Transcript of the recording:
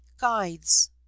guides